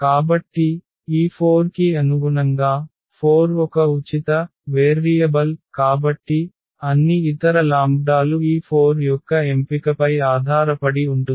కాబట్టి ఈ 4 కి అనుగుణంగా 4 ఒక ఉచిత వేరియబుల్ కాబట్టి అన్ని ఇతర లాంబ్డాలు ఈ 4 యొక్క ఎంపికపై ఆధారపడి ఉంటుంది